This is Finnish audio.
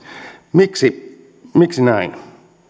miksi miksi näin